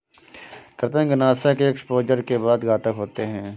कृंतकनाशक एक एक्सपोजर के बाद घातक होते हैं